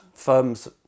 Firms